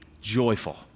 joyful